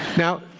now,